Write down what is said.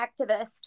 activist